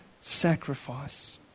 sacrifice